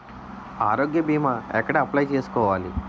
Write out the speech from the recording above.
ఆరోగ్య భీమా ఎక్కడ అప్లయ్ చేసుకోవాలి?